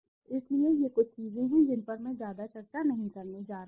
इसलिए ये कुछ चीजें हैं जिन पर मैं ज्यादा चर्चा नहीं करने जा रहा हूं